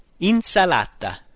Insalata